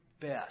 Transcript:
best